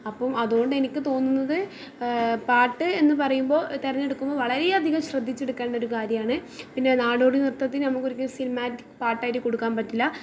അപ്പം അതുകൊണ്ട് എനിക്ക് തോന്നുന്നത് പാട്ട് എന്നു പറയുമ്പോൾ തിരഞ്ഞെടുക്കുമ്പോൾ വളരെ അധികം ശ്രദ്ധിച്ചെടുക്കേണ്ട ഒരു കാര്യമാണ് പിന്നെ നാടോടി നൃത്തത്തിന് നമുക്ക് ഒരിക്കലും സിനിമാറ്റിക് പാട്ടായിട്ട് കൊടുക്കാൻ പറ്റില്ല